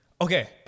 okay